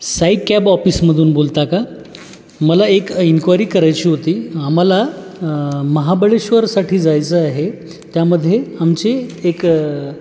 Sai cab ऑफिसमधून बोलता का मला एक इन्क्वायरी करायची होती आम्हाला महाबळेश्वरसाठी जायचं आहे त्यामध्ये आमचे एक